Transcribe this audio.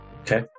okay